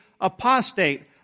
apostate